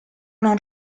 non